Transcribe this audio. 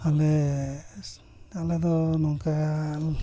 ᱟᱞᱮ ᱟᱞᱮ ᱫᱚ ᱱᱚᱝᱠᱟ